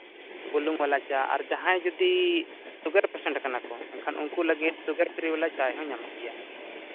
ᱵᱩᱞᱩᱝ ᱵᱟᱞᱟ ᱪᱟ ᱟᱨ ᱡᱟᱦᱟᱸᱭ ᱡᱩᱫᱤ ᱥᱩᱜᱟᱨ ᱯᱮᱥᱮᱱᱴ ᱠᱟᱱᱟ ᱠᱚ ᱮᱱᱠᱷᱟᱱ ᱩᱱᱠᱩ ᱞᱟᱹᱜᱤᱫ ᱥᱩᱜᱟᱨ ᱯᱷᱨᱤ ᱵᱟᱞᱟ ᱪᱟᱭ ᱦᱚᱸ ᱧᱟᱢᱚᱜ ᱜᱮᱭᱟ